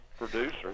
Producer